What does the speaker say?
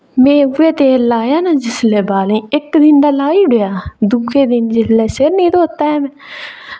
में उ'ऐ तेल लाया ना जिसलै बालें इक दिन ते लाई ओड़ेआ दूए दिन जिसलै सिर निं धोत्ता ऐ में